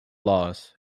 loss